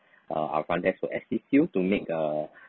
uh our front desk will assist you to make a